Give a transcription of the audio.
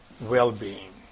well-being